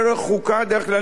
דרך כללים בסיסיים,